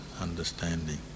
understanding